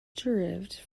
derived